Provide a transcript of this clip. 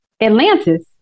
Atlantis